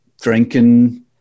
drinking